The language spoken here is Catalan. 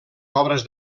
obres